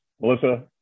Melissa